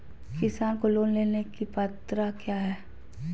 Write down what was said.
किसान को लोन लेने की पत्रा क्या है?